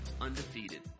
undefeated